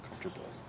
comfortable